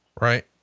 right